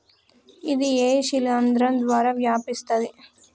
ఇది ఏ శిలింద్రం ద్వారా వ్యాపిస్తది?